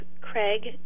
craig